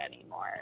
anymore